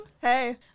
Hey